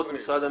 משרד המשפטים,